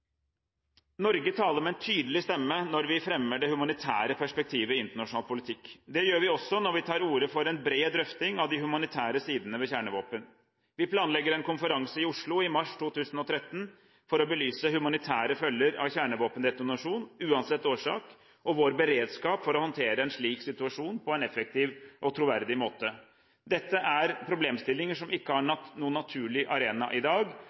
Norge taler med en tydelig stemme når vi fremmer det humanitære perspektivet i internasjonal politikk. Det gjør vi også når vi tar til orde for en bred drøfting av de humanitære sidene ved kjernevåpen. Vi planlegger en konferanse i Oslo i mars 2013 for å belyse humanitære følger av en kjernevåpendetonasjon, uansett årsak, og vår beredskap for å håndtere en slik situasjon på en effektiv og troverdig måte. Dette er problemstillinger som ikke har noen naturlig arena i dag.